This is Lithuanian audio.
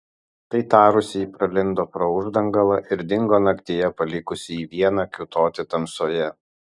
tai tarusi ji pralindo pro uždangalą ir dingo naktyje palikusi jį vieną kiūtoti tamsoje